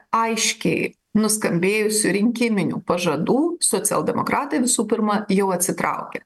aiškiai nuskambėjusių rinkiminių pažadų socialdemokratai visų pirma jau atsitraukia